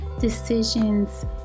decisions